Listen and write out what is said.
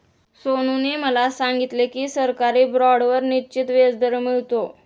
सोनूने मला सांगितले की सरकारी बाँडवर निश्चित व्याजदर मिळतो